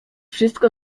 wszystko